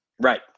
right